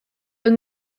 yng